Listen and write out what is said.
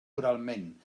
oralment